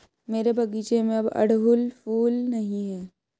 मेरे बगीचे में अब अड़हुल फूल नहीं हैं